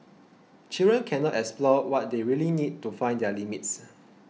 children cannot explore what they really need to find their limits